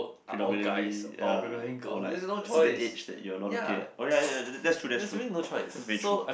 phenomenally ya or like certain age that you all looking at okay okay ya ya that's true that's true that's be true